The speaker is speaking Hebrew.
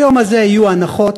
ביום הזה יהיו הנחות,